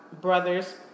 brother's